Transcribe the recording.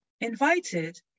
Invited